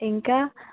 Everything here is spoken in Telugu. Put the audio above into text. ఇంకా